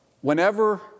Whenever